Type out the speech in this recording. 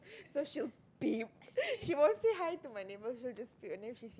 cause she'll beep she won't say hi to my neighbours she'll just beep and then